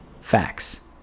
Facts